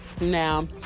Now